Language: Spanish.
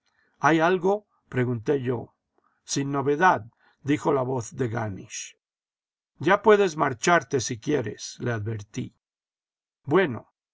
hay algo pregunté yo sin novedad dijo la voz de ganisch ya puedes marcharte si quieres le advertí bueno